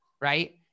right